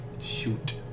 Shoot